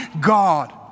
God